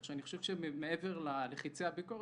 כך שאני חושב שמעבר לחיצי הביקורת,